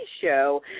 show